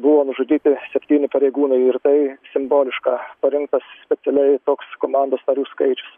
buvo nužudyti septyni pareigūnai ir tai simboliška parinktas specialiai toks komandos narių skaičius